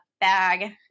bag